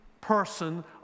person